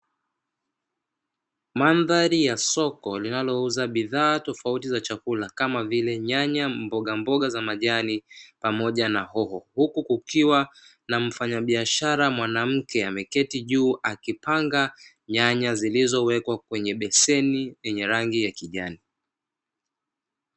Mandhari ya soko linalouza bidhaa tofauti za chakula kama vile nyanya, mbogamboga za majani pamoja na hoho; Huku kukiwa na mfanyabiashara mwanamke ameketi juu akipanga nyanya zilizowekwa kwenye beseni lenye rangi ya kijani.